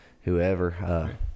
whoever